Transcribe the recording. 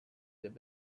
their